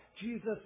Jesus